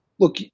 Look